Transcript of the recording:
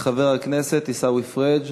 וחבר הכנסת עיסאווי פריג'